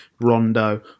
Rondo